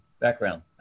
background